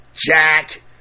Jack